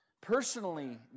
personally